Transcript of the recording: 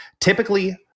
typically